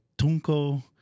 Tunco